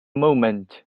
moment